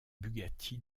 bugatti